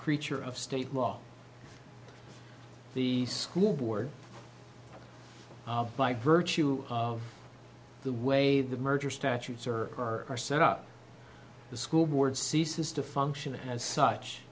creature of state law the school board by virtue of the way the merger statutes are or are set up the school board ceases to function as such